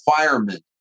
requirement